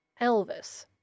Elvis